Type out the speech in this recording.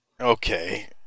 Okay